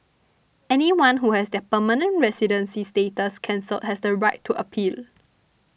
anyone who has their permanent residency status cancelled has the right to appeal